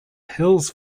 hills